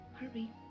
hurry